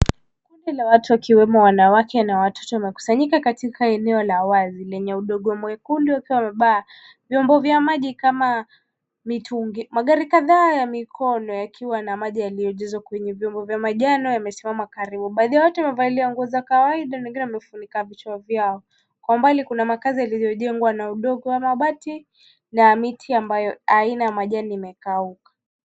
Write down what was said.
Kundi la watu, wakiwemo wanawake na watoto, wamekusanyika katika eneo la wazi lenye udongo mwekundu, wakiwa wamebeba vyombo vya maji kama mitungi. Magari kadhaa ya mikono yakiwa na maji yaliyojazwa kwenye vyombo vya manjano yamesimama karibu. Baadhi ya watu wamevalia nguo za kawaida na wengine wamefunika vichwa vyao. Kwa umbali kuna makazi yaliyojengwa na udongo na mabati na miti ambayo haina majani imekauka